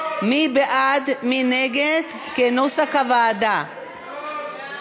סעיפים 3 11, כהצעת הוועדה, נתקבלו.